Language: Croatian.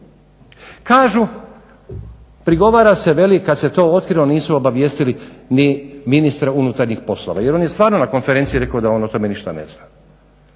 Kažu, prigovara se, veli kad se to otkrilo nisu obavijestili ni Ministra unutarnjih poslova jer on je stvarno na konferenciji rekao da on o tome ništa ne zna.